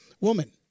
Woman